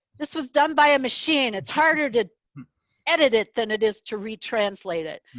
this was done by a machine. it's harder to edit it than it is to retranslate it.